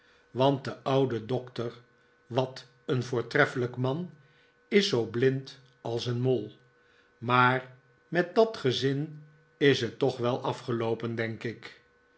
want de oude doctor wat een voortreffelijk man is zoo blind als een mol maar met d a t gezin is t toch wel afgeloopen denk ik